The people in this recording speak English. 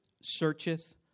searcheth